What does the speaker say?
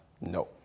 no